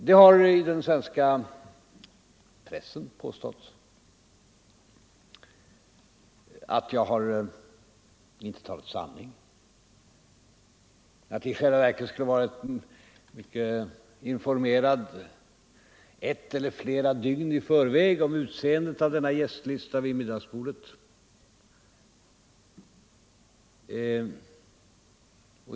Det har i den svenska pressen påståtts att jag inte har talat sanning och att jag i själva verket skulle varit helt informerad ett eller flera dygn i förväg om utseendet av gästlistan för denna middag.